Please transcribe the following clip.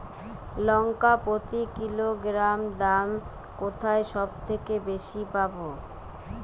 লঙ্কা প্রতি কিলোগ্রামে দাম কোথায় সব থেকে বেশি পাব?